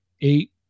eight